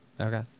Okay